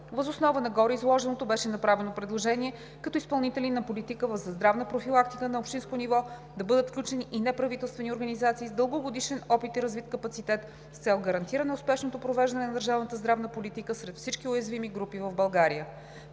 Въз основа на гореизложеното беше направено предложение като изпълнители на политиката за здравна профилактика на общинско ниво да бъдат включени и неправителствени организации с дългогодишен опит и развит капацитет с цел гарантиране успешното провеждане на държавната здравна политика сред всички уязвими групи в България.